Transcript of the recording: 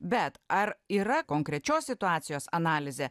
bet ar yra konkrečios situacijos analizė